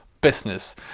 business